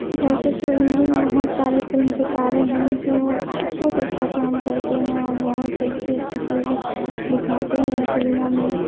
ویسے تو انڈین بہت سارے فلم ستارے ہیں جو بہت اچھا کام کرتے ہیں اور بہت اچھی اچھی چیزیں دکھاتے ہیں فلموں میں